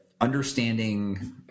Understanding